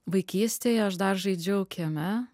vaikystėje aš dar žaidžiau kieme